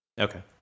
okay